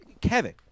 Kevin